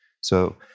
So-